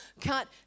cut